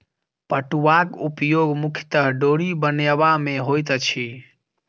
पटुआक उपयोग मुख्यतः डोरी बनयबा मे होइत अछि